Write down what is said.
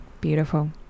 beautiful